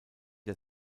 der